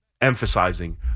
Emphasizing